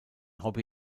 hobby